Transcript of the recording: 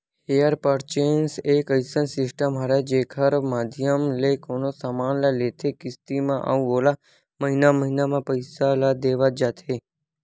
hire purchase एक अइसन system हरय जेखर माधियम ले कोनो समान ल लेथे किस्ती म अउ ओला महिना महिना म पइसा ल देवत जाथे